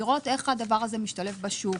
לראות איך הדבר הזה משתלב בשוק,